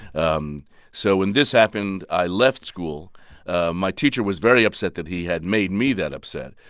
um so when this happened, i left school. my teacher was very upset that he had made me that upset,